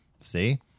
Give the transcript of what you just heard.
See